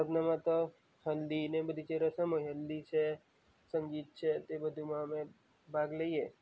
લગ્નમાં તો હલ્દીને જે બધી રસમ હોય હલ્દી છે સંગીત છે તે બધીમાં અમે ભાગ લઈએ